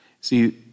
See